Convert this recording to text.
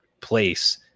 place